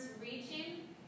reaching